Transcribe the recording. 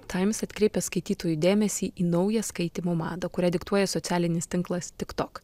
times atkreipia skaitytojų dėmesį į naują skaitymo madą kurią diktuoja socialinis tinklas tik tok